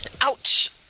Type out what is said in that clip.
ouch